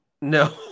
no